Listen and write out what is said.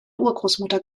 urgroßmutter